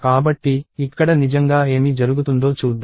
కాబట్టి ఇక్కడ నిజంగా ఏమి జరుగుతుందో చూద్దాం